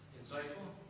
Insightful